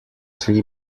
three